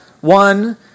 One